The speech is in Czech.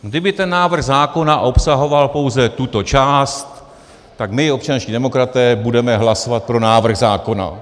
Kdyby ten návrh zákona obsahoval pouze tuto část, tak my občanští demokraté budeme hlasovat pro návrh zákona.